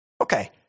Okay